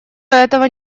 этого